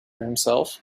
himself